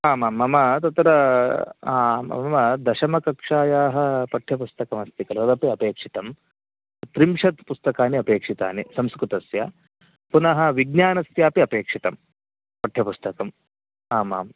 आम् आं मम तत्र मम दशमकक्ष्यायाः पठ्यपुस्तकमस्ति खलु तदपि अपेक्षितं त्रिंशत् पुस्तकानि अपेक्षितानि संस्कृतस्य पुनः विज्ञानस्यापि अपेक्षितं पठ्यपुस्तकम् आम् आम्